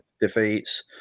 defeats